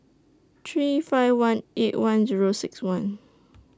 three five one eight one Zero six one